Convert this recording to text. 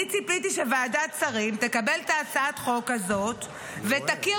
אני ציפיתי שוועדת שרים תקבל את הצעת החוק הזאת ותכיר